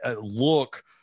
look